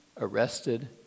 arrested